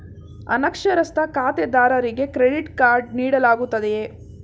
ಅನಕ್ಷರಸ್ಥ ಖಾತೆದಾರರಿಗೆ credit card ನೀಡಲಾಗುತ್ತದೆಯೇ?